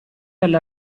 alla